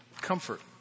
comfort